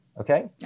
okay